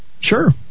Sure